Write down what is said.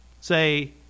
say